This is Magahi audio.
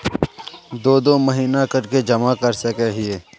दो दो महीना कर के जमा कर सके हिये?